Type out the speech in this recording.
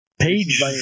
Page